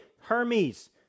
Hermes